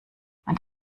man